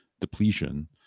depletion